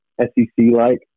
SEC-like